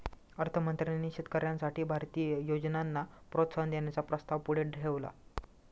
अर्थ मंत्र्यांनी शेतकऱ्यांसाठी भारतीय योजनांना प्रोत्साहन देण्याचा प्रस्ताव पुढे ठेवला